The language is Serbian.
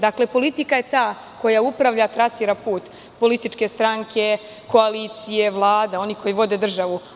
Dakle, politika je ta koja upravlja trasi na put, političke stranke, koalicije, Vlada, oni koji vode državu.